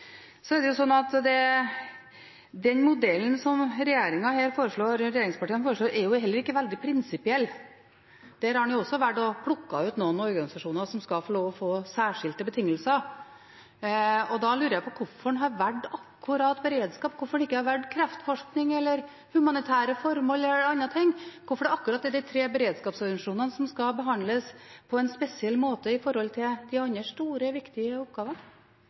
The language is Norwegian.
Den modellen som regjeringspartiene her foreslår, er heller ikke veldig prinsipiell. Der har en også valgt å plukke ut noen organisasjoner som skal få lov til å få særskilte betingelser. Da lurer jeg på hvorfor en har valgt akkurat beredskap – hvorfor har en ikke valgt kreftforskning, humanitære formål eller andre ting? Hvorfor er det akkurat disse tre beredskapsorganisasjonene som skal behandles på en spesiell måte i forhold til de andre store, viktige